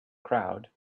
crowd